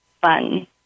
fun